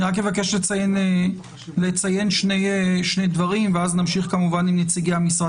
אני רק מבקש לציין שני דברים ואז נמשיך כמובן עם נציגי המשרד